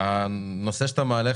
הנושא שאתה מעלה,